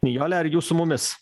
nijole ar jūs su mumis